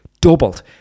Doubled